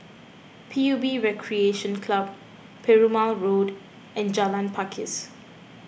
P U B Recreation Club Perumal Road and Jalan Pakis